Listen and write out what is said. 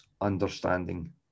understanding